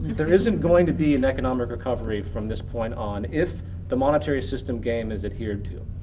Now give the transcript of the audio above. there isn't going to be an economic recovery from this point on if the monetary system game is adhered to.